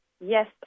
Yes